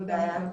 בסדר גמור.